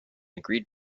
agreed